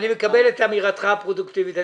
אני מקבל את אמירתך הפרודוקטיבית.